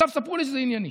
עכשיו יספרו לי שזה ענייני.